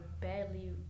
badly